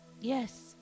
Yes